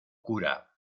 cura